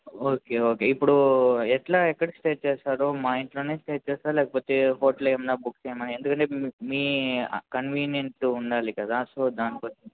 okay okay ఇప్పుడు ఎట్లా ఎక్కడ స్టే చేస్తారు మా ఇంట్లోనే స్టే చేస్తారా లేకపోతే హోటల్ ఏమైనా బుక్ చేయనా ఎందుకంటే మీ కన్వెనియంట్ ఉండాలి కదా సో దాని కోసం